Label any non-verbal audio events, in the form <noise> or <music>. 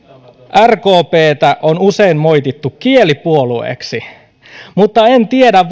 rkptä on usein moitittu kielipuolueeksi mutta en tiedä <unintelligible>